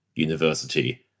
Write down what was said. university